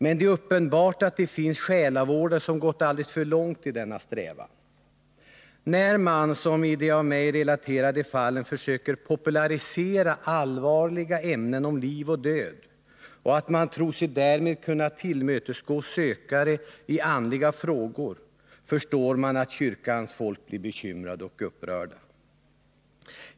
Men det är uppenbart att det finns själavårdare som gått alldeles för långt i denna strävan. När man — som i de av mig relaterade fallen — försöker popularisera allvarliga ämnen som gäller frågor om liv och död och därmed tror sig kunna tillmötesgå sökare i andliga frågor, förstår jag att kyrkans folk blir bekymrade och upprörda.